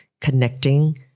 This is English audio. connecting